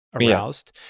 aroused